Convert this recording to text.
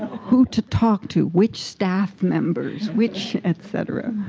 who to talk to, which staff members? which, etc.